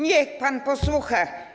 Niech pan posłucha.